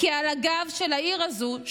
כי על הגב של העיר הזו,